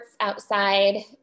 outside